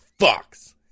fucks